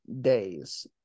days